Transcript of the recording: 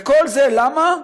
וכל זה למה?